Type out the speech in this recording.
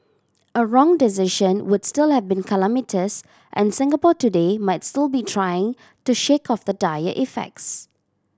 a wrong decision would still have been calamitous and Singapore today might still be trying to shake off the dire effects